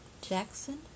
Jackson